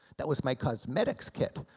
that was my cosmetics kit.